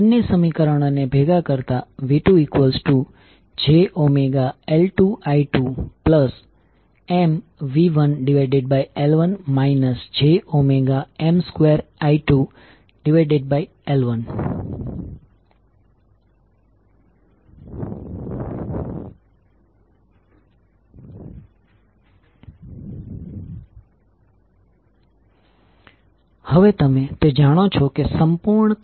તેથી આ બંને બાબતો મ્યુચ્યુઅલ વોલ્ટેજની સંદર્ભ પોલેરિટી શોધવા માટે મહત્વપૂર્ણ છે